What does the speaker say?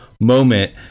moment